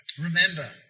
Remember